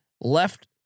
left